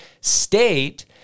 state